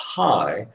high